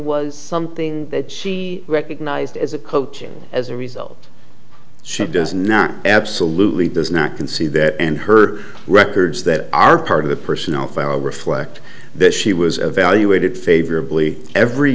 was something that she recognized as a coach as a result should does not absolutely does not concede that and her records that are part of the personnel file reflect that she was evaluated favorably every